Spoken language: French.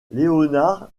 léonard